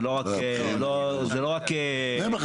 לא רק מהנדס העיר.